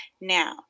Now